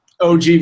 OG